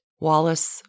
Wallace